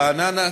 רעננה,